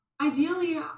Ideally